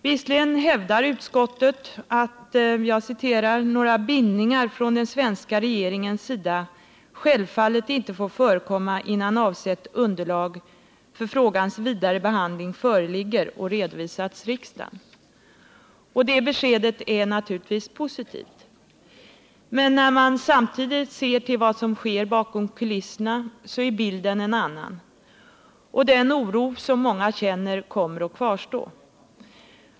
Visserligen hävdar utskottet — jag citerar ur utskottsbetänkandet: ”Några bindningar från den svenska regeringens sida får självfallet inte komma i fråga innan avsett underlag för frågans vidare behandling föreligger och redovisats för riksdagen.” Detta besked är naturligtvis positivt. Men när man samtidigt ser till vad som sker bakom kulisserna är bilden en annan, och den oro många känner kommer att kvarstå.